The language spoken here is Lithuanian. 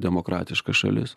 demokratiška šalis